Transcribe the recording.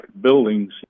buildings